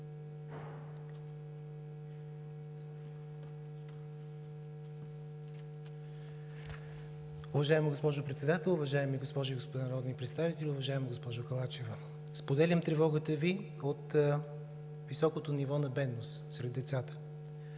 Уважаема госпожо Председател, уважаеми госпожи и господа народни представители! Уважаема госпожо Халачева, споделям тревогата Ви от високото ниво на бедност сред децата,